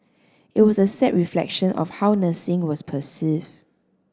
it was a sad reflection of how nursing was perceived